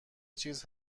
چیز